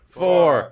four